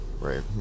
right